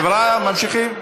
חבריא, ממשיכים.